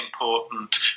important